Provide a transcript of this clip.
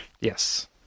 Yes